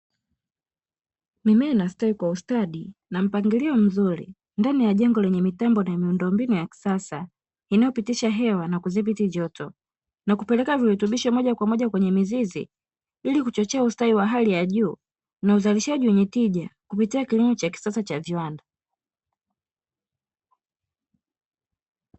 Mimea ina stawi kwa ustadi na mpangilio mzuri ndani ya jengo lenye mitambo na miundombinu ya kisasa, inayopitisha hewa na kudhibiti joto na kupeleka virutubisho moja kwa moja kwenye mizizi, ili kuchochea ustawi wa hali ya juu na uzalishaji wenye tija kupitia kilimo cha kisasa cha viwanda.